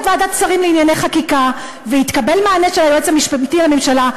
ועדת השרים לענייני חקיקה ויתקבל מענה של היועץ המשפטי לממשלה,